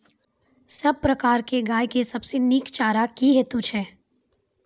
सब प्रकारक गाय के सबसे नीक चारा की हेतु छै?